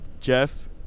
Jeff